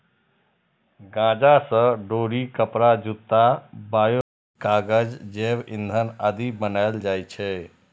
गांजा सं डोरी, कपड़ा, जूता, बायोप्लास्टिक, कागज, जैव ईंधन आदि बनाएल जाइ छै